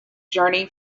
journey